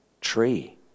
Tree